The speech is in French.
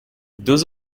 deux